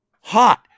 Hot